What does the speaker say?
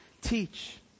teach